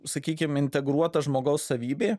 sakykim integruota žmogaus savybė